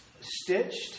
stitched